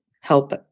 help